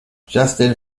justin